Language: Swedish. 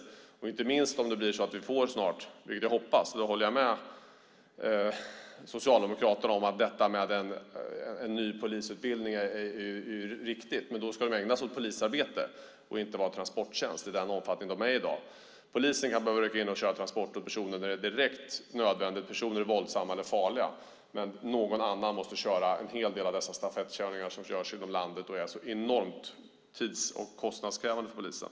Det gäller inte minst om det blir så att vi snart får en ny polisutbildning, vilket jag hoppas. Jag håller med Socialdemokraterna om att detta är riktigt, men då ska polisen ägna sig åt polisarbete och inte åt att vara transportjänst i den omfattning den är i dag. Polisen kan behöva rycka in och köra transport av personer när det är direkt nödvändigt och när personer är våldsamma eller farliga. Men någon annan måste ta en hel del av dessa stafettkörningar som görs inom landet. De är enormt tids och kostnadskrävande för polisen.